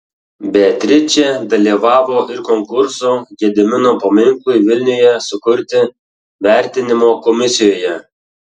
beatričė dalyvavo ir konkurso gedimino paminklui vilniuje sukurti vertinimo komisijoje